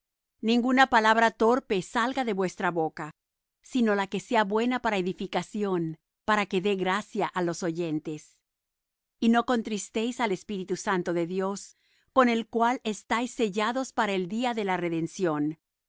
ninguna palabra torpe salga de vuestra boca sino la que sea buena para edificación para que dé gracia á los oyentes y no contristéis al espíritu santo de dios con el cual estáis sellados para el día de la redención